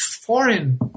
foreign